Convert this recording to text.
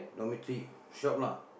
dormitory shop lah